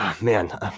man